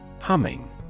Humming